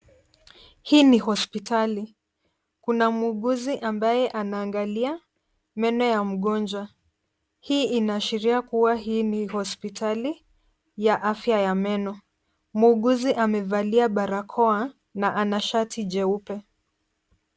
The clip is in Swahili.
Hii hospitali. Kuna muuguzi ambaye anaangalia meno ya mgonjwa. Hii inaashiria kuwa hii ni hospitali ya afya ya meno. Muuguzi amevalia barakoa na ana shati jeupe.